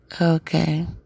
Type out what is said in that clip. Okay